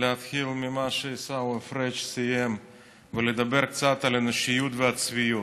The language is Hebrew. להתחיל ממה שעיסאווי פריג' סיים ולדבר קצת על אנושיות והצביעות.